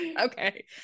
Okay